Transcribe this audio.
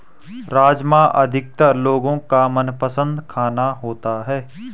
राजमा अधिकतर लोगो का मनपसंद खाना होता है